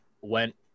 went